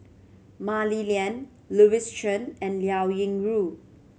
Mah Li Lian Louis Chen and Liao Yingru